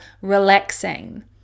relaxing